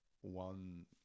one